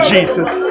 Jesus